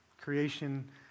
Creation